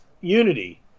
unity